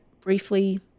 briefly